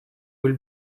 will